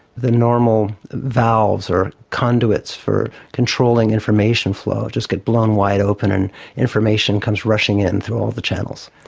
the normal valves or conduits for controlling information flow just get blown wide open and information comes rushing in through all the channels.